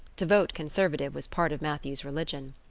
to vote conservative was part of matthew's religion.